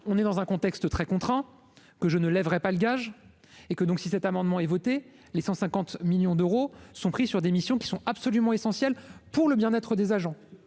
on est dans un contexte très contraint, que je ne lèverait pas le gage et que donc, si cet amendement est voté, les 150 millions d'euros sont prix sur des missions qui sont absolument essentielles pour le bien-être des agents,